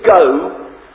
go